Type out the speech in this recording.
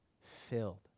filled